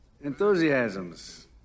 Enthusiasms